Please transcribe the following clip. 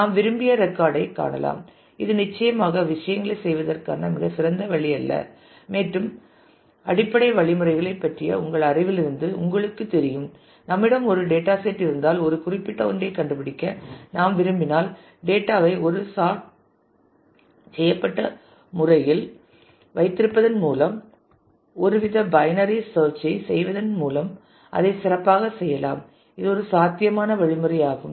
நாம் விரும்பிய ரெக்கார்ட் ஐ காணலாம் இது நிச்சயமாக விஷயங்களைச் செய்வதற்கான மிகச் சிறந்த வழி அல்ல மேலும் அடிப்படை வழிமுறைகளைப் பற்றிய உங்கள் அறிவிலிருந்து உங்களுக்குத் தெரியும் நம்மிடம் ஒரு டேட்டா செட் இருந்தால் ஒரு குறிப்பிட்ட ஒன்றைக் கண்டுபிடிக்க நாம் விரும்பினால் டேட்டா ஐ ஒரு சார்ட் செய்யப்பட்ட முறையில் வைத்திருப்பதன் மூலமும் ஒருவித பைனரி சேர்ச் ஐ செய்வதன் மூலமும் அதைச் சிறப்பாகச் செய்யலாம் இது ஒரு சாத்தியமான வழிமுறையாகும்